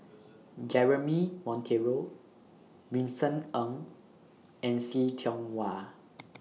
Jeremy Monteiro Vincent Ng and See Tiong Wah